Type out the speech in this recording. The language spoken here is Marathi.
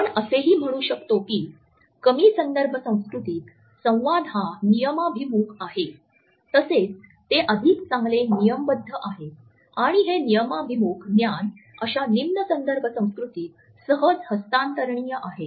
आपण असेही म्हणू शकतो की कमी संदर्भ संस्कृतीत संवाद हा नियमभिमुख आहे तसेच ते अधिक चांगले नियमबद्ध आहे आणि हे नियमभिमुख ज्ञान अशा निम्न संदर्भ संस्कृतीत सहज हस्तांतरणीय आहे